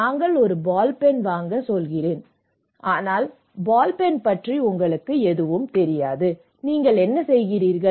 நான் ஒரு ball pen வாங்கச் சொல்கிறேன் ஆனால் பால் பென் பற்றி உங்களுக்கு எதுவும் தெரியாது நீங்கள் என்ன செய்கிறீர்கள்